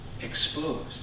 exposed